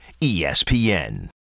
ESPN